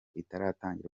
itaratangira